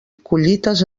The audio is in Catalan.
collites